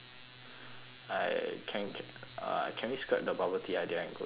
I can c~ uh can we scrap the bubble tea idea and go to N_T_U_C